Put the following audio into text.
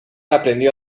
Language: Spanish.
aprendió